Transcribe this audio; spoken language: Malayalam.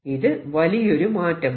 ഇത് വലിയൊരു മാറ്റമാണ്